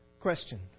Question